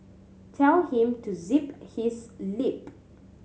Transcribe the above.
tell him to zip his lip